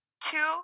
two